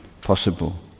possible